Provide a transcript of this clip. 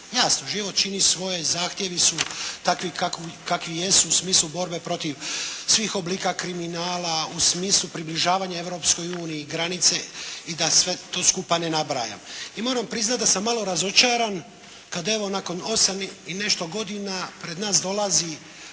život čini svoje, zahtjevi su takvi kakvi jesu u smislu borbe protiv svih oblika kriminala, u smislu približavanja Europskoj uniji, granice i da sve to skupa ne nabrajam. I moram priznati da sam malo razočaran, kad evo nakon osam i nešto godina pred nas dolazi